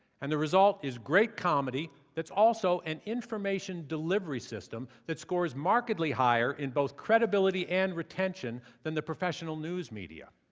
and the result is great comedy that's also an information delivery system that scores markedly higher in both credibility and retention than the professional news media.